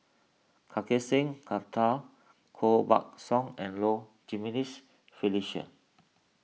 Kartar Singh Thakral Koh Buck Song and Low Jimenez Felicia